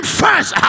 first